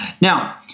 Now